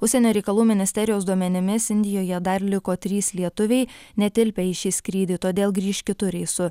užsienio reikalų ministerijos duomenimis indijoje dar liko trys lietuviai netilpę į šį skrydį todėl grįš kitu reisu